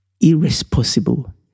irresponsible